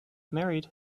married